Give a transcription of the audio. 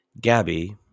gabby